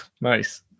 Nice